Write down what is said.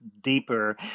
deeper